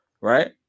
right